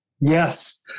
Yes